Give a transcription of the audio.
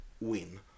win